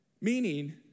Meaning